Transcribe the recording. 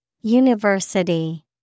University